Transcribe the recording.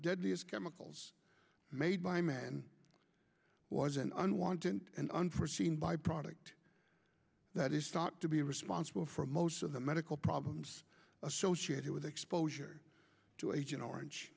deadliest chemicals made by man was an unwanted and unforeseen byproduct that is thought to be responsible for most of the medical problems associated with exposure to agent orange